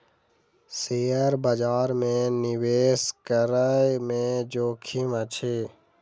share बजार में निवेश करै में जोखिम अछि